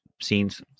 scenes